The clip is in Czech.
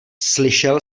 slyšel